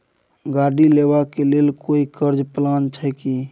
गाड़ी लेबा के लेल कोई कर्ज प्लान छै की?